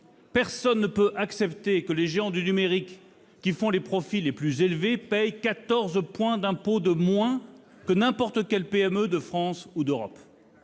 personne ne peut accepter que ces multinationales, qui font les profits les plus élevés, payent quatorze points d'impôt de moins que n'importe quelle PME de France ou d'Europe.